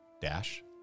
Dash